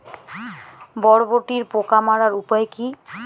বরবটির পোকা মারার উপায় কি?